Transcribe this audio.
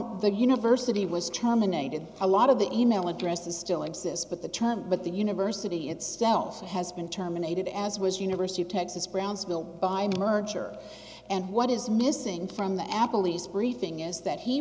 form the university was terminated a lot of the email addresses still exist but the term but the university itself has been terminated as was university of texas brownsville by merger and what is missing from the apple lease briefing is that he